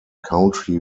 country